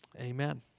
Amen